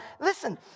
Listen